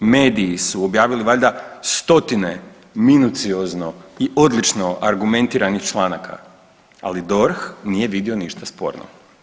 Mediji su objavili valjda stotine minucioznih i odlično argumentiranih članaka, ali DORH nije vidio ništa sporno.